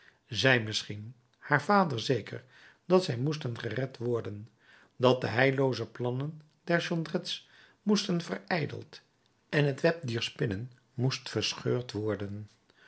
zij misschien haar vader zeker dat zij moesten gered worden dat de heillooze plannen der jondrettes moesten verijdeld en het web dier spinnen moest verscheurd worden